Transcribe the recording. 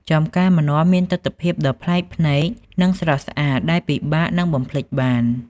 ចម្ការម្នាស់មានទិដ្ឋភាពដ៏ប្លែកភ្នែក និងស្រស់ស្អាតដែលពិបាកនឹងបំភ្លេចបាន។